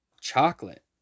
chocolate